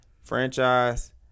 franchise